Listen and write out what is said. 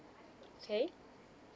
okay